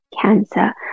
cancer